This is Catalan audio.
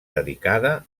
dedicada